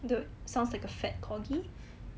the sounds like a fat corgi